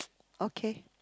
okay